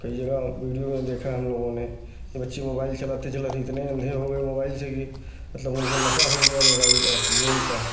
कई जगह वीडियो में देखा है हम लोगों ने कि बच्चे मोबाइल चलाते चलाते इतने अंधे हो गए मोबाइल से कि मतलब उनको नशा हो गया मोबाइल का गेम का